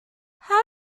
how